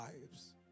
lives